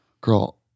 girl